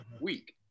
week